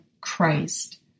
Christ